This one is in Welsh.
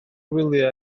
wyliau